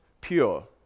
pure